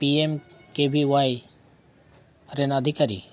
ᱨᱮᱱ ᱟᱫᱷᱤᱠᱟᱨᱤ